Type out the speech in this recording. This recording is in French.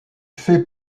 fait